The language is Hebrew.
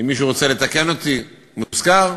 אם מישהו רוצה לתקן אותי, מוזכר?